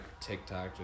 TikTok